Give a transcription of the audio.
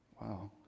wow